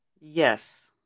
Yes